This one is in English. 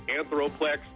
Anthroplex